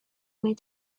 made